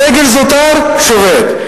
הסגל הזוטר שובת,